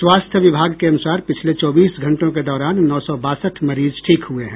स्वास्थ्य विभाग के अनुसार पिछले चौबीस घंटों के दौरान नौ सौ बासठ मरीज ठीक हुए हैं